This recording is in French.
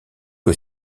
que